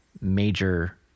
major